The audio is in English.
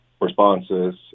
responses